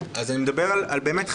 המעבר של